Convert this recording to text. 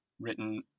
written